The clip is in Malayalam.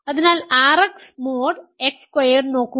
അതിനാൽ RX മോഡ് X സ്ക്വയർഡ് നോക്കൂ